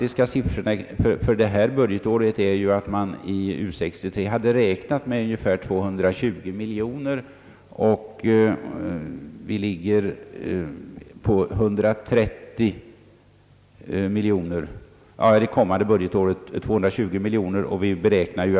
I U 63 beräknades för det kommande budgetåret 220 miljoner kronor för detta ändamål och det föreslogs också i proposition. Enligt den nu gjorda beräkningen kommer endast 130 miljoner kronor att behöva förbrukas.